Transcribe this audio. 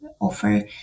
offer